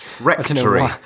rectory